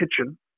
kitchen